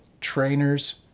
trainers